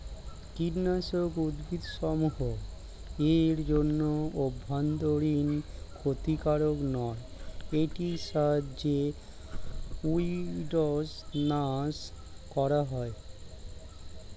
কীটনাশক উদ্ভিদসমূহ এর জন্য অভ্যন্তরীন ক্ষতিকারক নয় এটির সাহায্যে উইড্স নাস করা হয়